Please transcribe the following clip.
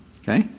Okay